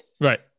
right